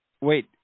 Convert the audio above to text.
Wait